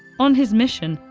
on his mission,